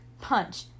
Punch